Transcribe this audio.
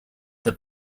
the